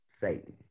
Satan